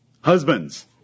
Husbands